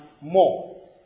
more